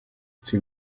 sin